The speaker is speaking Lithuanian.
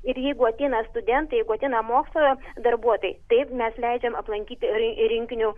ir jeigu ateina studentai jeigu ateina mokslo darbuotojai taip mes leidžiam aplankyti ir rinkinių